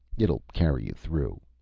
it'll carry you through.